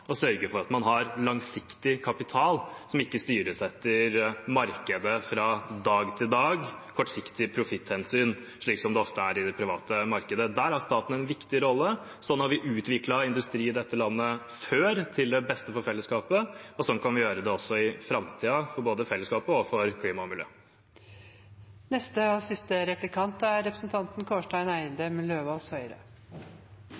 å sørge for at man har langsiktig kapital som ikke styres etter markedet fra dag til dag og kortsiktige profitthensyn, slik det ofte er i det private markedet. Der har staten en viktig rolle. Slik har vi utviklet industri i dette landet før til beste for fellesskapet, og slik kan vi gjøre det også i framtiden, for både fellesskapet og klima og miljø. Det var interessant å høre representanten